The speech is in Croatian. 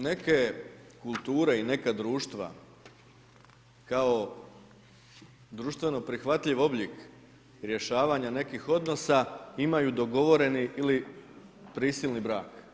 Neke kulture i neka društva kao društveno prihvatljiv oblik rješavanja nekih odnosa imaju dogovoreni ili prisilni brak.